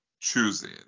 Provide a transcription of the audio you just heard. choosing